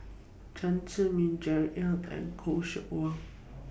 Chen Zhiming Jerry Ng and Khoo Seok Wan